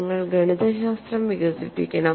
നിങ്ങൾ ഗണിതശാസ്ത്രം വികസിപ്പിക്കണം